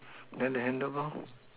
then the handle bar